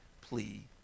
plea